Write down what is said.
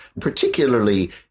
particularly